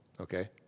okay